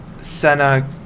Senna